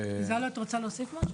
זאלו, יש לך משהו להוסיף?